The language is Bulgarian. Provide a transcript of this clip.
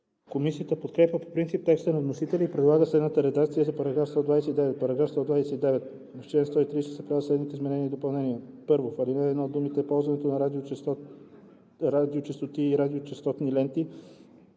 Комисията подкрепя по принцип текста на вносителя и предлага следната редакция за § 129: „§ 129. В чл. 130 се правят следните изменения и допълнения: 1. В ал. 1 думите „ползването на радиочестоти и радиочестотни ленти“